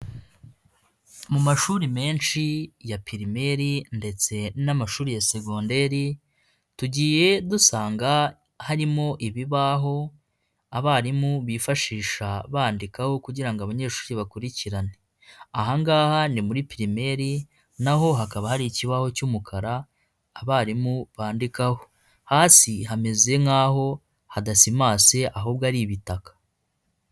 Mu mashuri menshi ya pirimeri ndetse n'amashuri ya segonderi tugiye dusanga harimo ibibaho abarimu bifashisha bandikaho kugirango ngo abanyeshuri bakurikirane, aha ngaha ni muri pirimeri na ho hakaba hari ikibaho cy'umukara abarimu bandikaho, hasi hameze nk'aho hadasimase ahubwo ari ibitaka.